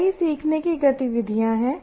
कई सीखने की गतिविधियाँ हैं